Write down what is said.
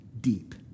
deep